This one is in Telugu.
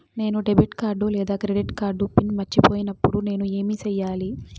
నేను డెబిట్ కార్డు లేదా క్రెడిట్ కార్డు పిన్ మర్చిపోయినప్పుడు నేను ఏమి సెయ్యాలి?